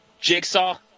jigsaw